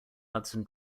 hudson